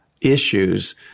issues